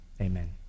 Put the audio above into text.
amen